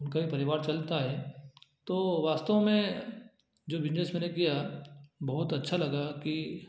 उनका भी परिवार चलता है तो वास्तव में जो बिजनेस मैंने किया बहुत अच्छा लगा कि